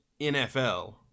NFL